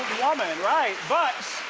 woman, right. but,